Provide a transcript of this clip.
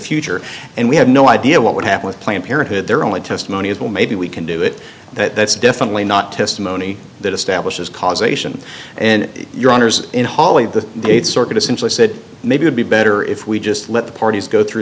future and we have no idea what would happen with planned parenthood there are only testimony as well maybe we can do it that that's definitely not testimony that establishes causation and your honour's in holly the circuit essentially said maybe would be better if we just let the parties go through